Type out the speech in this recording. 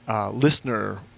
Listener